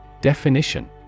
Definition